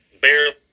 barely